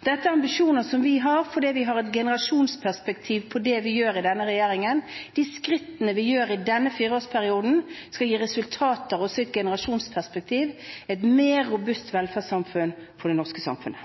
Dette er ikke ambisjoner som innfris over natten; vi har disse ambisjonene fordi vi har et generasjonsperspektiv på det vi gjør i denne regjeringen. De skrittene vi gjør i denne fireårsperioden, skal gi resultater også i et generasjonsperspektiv – et mer robust velferdssamfunn.